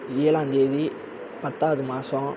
ஏழாந்தேதி பத்தாவது மாதம்